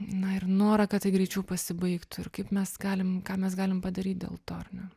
na ir norą kad tai greičiau pasibaigtų ir kaip mes galim ką mes galim padaryt dėl to ar ne